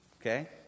okay